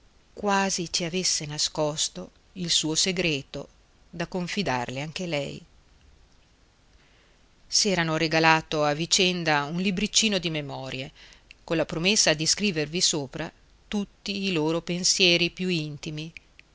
quasi ci avesse nascosto il suo segreto da confidarle anche lei s'erano regalato a vicenda un libriccino di memorie colla promessa di scrivervi sopra tutti i loro pensieri più intimi